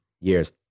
years